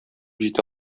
җитә